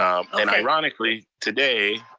um and ironically today,